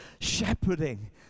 shepherding